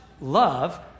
love